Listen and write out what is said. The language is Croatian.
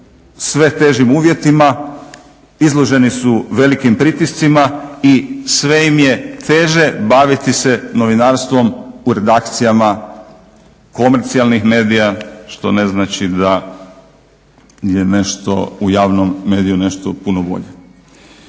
sve težim uvjetima, izloženi su velikim pritiscima i sve im je teže baviti se novinarstvom u redakcijama komercijalnih medija što ne znači da je nešto u javnom mediju nešto puno bolje.